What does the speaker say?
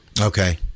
okay